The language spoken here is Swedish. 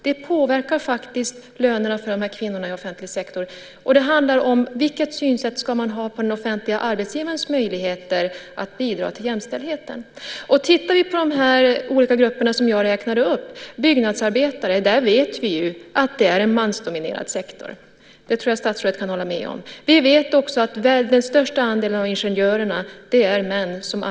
Det påverkar faktiskt lönerna för kvinnorna i offentlig sektor, och det handlar om vilket synsätt man ska ha på den offentliga arbetsgivarens möjligheter att bidra till jämställdheten. Tittar vi närmare på de olika grupper som jag räknade upp ser vi att byggnadsarbetare är en mansdominerad sektor. Det tror jag att statsrådet kan hålla med om. Vi vet också att den största andelen av ingenjörerna är män.